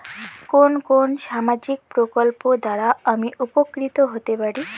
কোন কোন সামাজিক প্রকল্প দ্বারা আমি উপকৃত হতে পারি?